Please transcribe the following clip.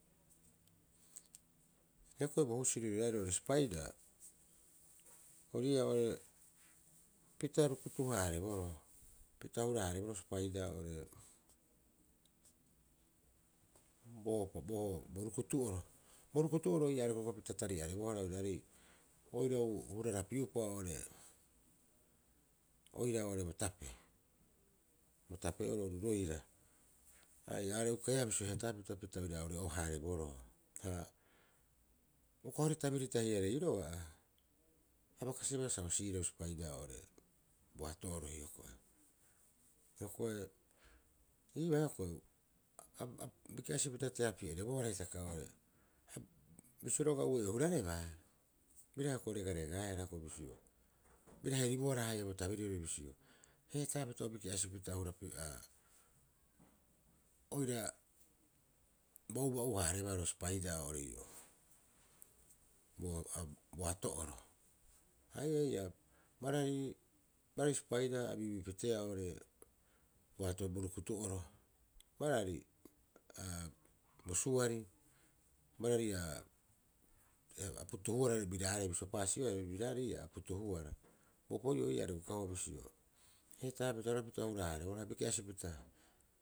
Hioko'i bo husiri roiraarei ro spaidaa, ori ii'aa oo'ore pito rukutuhaareboroo pito hura- haareboroo spaidaa oo'ore bo rukutu'oro. Bo rukutu'oro ii'aa a rekorekopita tari'arebohara oiraarei oirau hurarapiu'opa oo'ore oira oo'ore botape bo tape'oro oru roira. Haia iare ukaea heetapita pita oira ore'oo haareboroo haa, uka hori tabiri tahiarei roga'a, a bai kasiba sa o si'ireu spaidaa oo'or boato'oro hiokoi. Hioko'i ibaa hioko'i abiki'si pita teapi'e rebohara hitaka oo'ore bisio ab- ab- roga'a uei o hurarebaa bira hioko'i regaregehara bisio bira heribohara bo tabiriri bisio, heetapita biki'sipita o hurapiehaa oira baubau- haarebaa ro spaidaa oo're oii'oo boato'oro. Ai'aa ii'aa barari- barari spaidaa a biubiupiteea oo'ore boato bo rukutu'oro bararii bo suarii, barari aa a putuhuara biraarei bisio asi'oea biraarei ii'aa a putuhuara biraarei bisio pasi'oea biraarei ii'aa a putuhuara. Bo opoi'oo ii'aa are ukahua bisio heetaapita roga'a pita o hurahareboroo abiki'asipita.